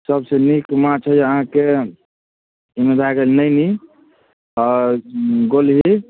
सबसऽ नीक माँछ अइ अहाँके भए गेल नैनी आओर गोलरी